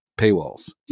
paywalls